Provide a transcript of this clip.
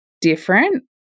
different